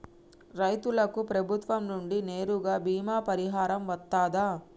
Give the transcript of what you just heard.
రైతులకు ప్రభుత్వం నుండి నేరుగా బీమా పరిహారం వత్తదా?